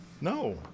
no